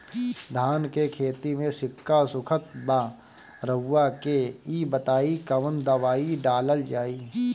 धान के खेती में सिक्का सुखत बा रउआ के ई बताईं कवन दवाइ डालल जाई?